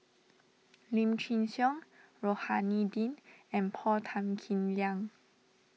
Lim Chin Siong Rohani Din and Paul Tan Kim Liang